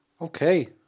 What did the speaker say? Okay